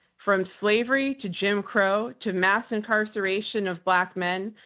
from slavery to jim crow, to mass incarceration of black men,